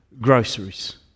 groceries